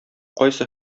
кайсы